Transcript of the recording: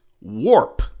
warp